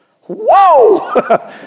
whoa